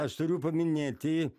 aš turiu paminėti